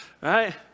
Right